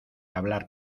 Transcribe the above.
hablar